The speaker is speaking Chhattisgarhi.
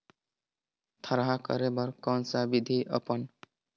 थरहा करे बर कौन सा विधि अपन?